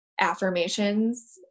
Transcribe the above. affirmations